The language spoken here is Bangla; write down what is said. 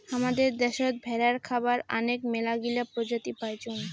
হামাদের দ্যাশোত ভেড়ার খাবার আনেক মেলাগিলা প্রজাতি পাইচুঙ